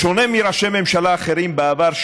בשונה מראשי ממשלה אחרים בעבר,